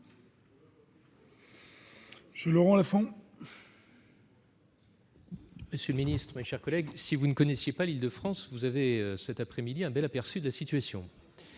M. Laurent Lafon, pour explication de vote. Mes chers collègues, si vous ne connaissiez pas l'Île-de-France, vous avez cet après-midi un bel aperçu de la situation